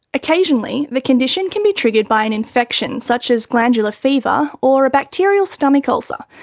occasionally the condition can be triggered by an infection such as glandular fever or a bacterial stomach ulcer.